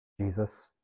Jesus